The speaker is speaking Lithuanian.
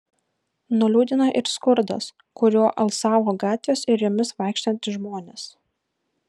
nuliūdino ir skurdas kuriuo alsavo gatvės ir jomis vaikštantys žmonės